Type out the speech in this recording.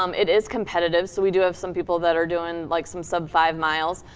um it is competitive, so we do have some people that are doing, like, some sub five miles.